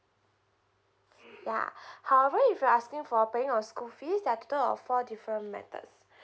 yeah however if you're asking for paying of school fees there are total of four different methods